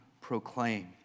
proclaim